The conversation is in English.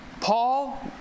Paul